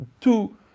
two